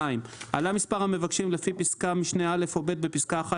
עלה מספר המבקשים לפי פסקת משנה (א) או (ב) בפסקה (1),